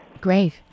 Great